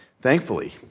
Thankfully